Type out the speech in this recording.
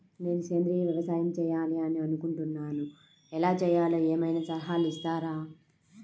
నేను సేంద్రియ వ్యవసాయం చేయాలి అని అనుకుంటున్నాను, ఎలా చేయాలో ఏమయినా సలహాలు ఇస్తారా?